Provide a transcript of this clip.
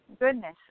goodness